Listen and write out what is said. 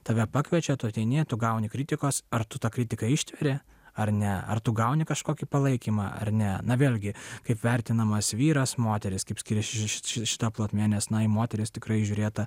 tave pakviečia tu ateini tu gauni kritikos ar tu tą kritiką ištveri ar ne ar tu gauni kažkokį palaikymą ar ne na vėlgi kaip vertinamas vyras moteris kaip skiriasi ši šita plotmė nes na į moteris tikrai žiūrėta